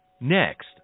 Next